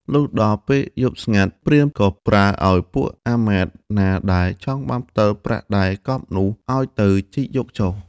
លុះដល់ពេលយប់ស្ងាត់ ព្រាហ្មណ៍ក៏ប្រើឲ្យពួកអាមាត្យណាដែលចង់បានផ្ដិលប្រាក់ដែលកប់នោះ ឲ្យទៅជីកយកចុះ។